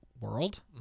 World